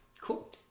cool